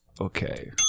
Okay